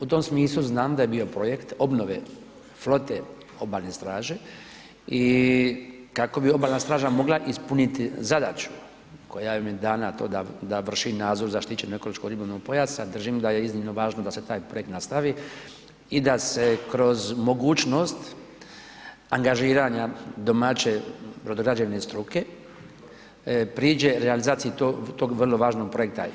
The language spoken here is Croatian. U tom smislu znam da je bio projekt obnove flote obalne straže i kako bi obalna straža mogla ispuniti zadaću koja joj je dana to da vrši nadzor zaštićenog ekološko ribolovnog pojasa, držim da je iznimno važno da se taj projekt nastavi i da se kroz mogućnost angažiranja domaće brodograđevne struke priđe realizaciji tog vrlo važnog projekta.